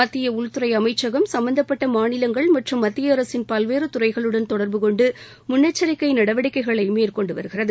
மத்திய உள்துறை அமைச்சகம் சும்பந்தப்பட்ட மாநிலங்கள் மற்றும் மத்திய அரசின் பல்வேறு துறைகளுடன் தொடர்பு கொண்டு முன்னெச்சரிக்கை நடவடிக்கைகளை மேற்கொண்டு வருகிறது